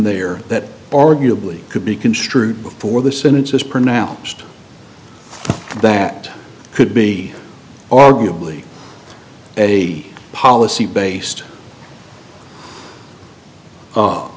there that arguably could be construed before the senate is pronounced that could be arguably a policy based